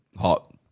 Hot